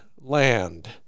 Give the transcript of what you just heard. land